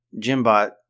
Jimbot